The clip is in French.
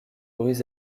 bruits